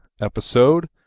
episode